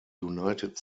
united